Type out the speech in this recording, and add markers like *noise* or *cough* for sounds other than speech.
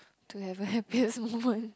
to have a happiest *laughs* moment